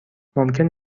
ممکن